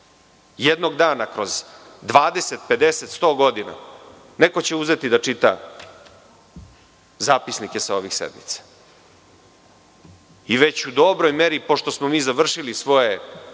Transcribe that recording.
Jednog dana kroz 20, 50, 100 godina neko će uzeti da čita zapisnike sa ovih sednica i već u dobroj meri, pošto smo mi završili svoje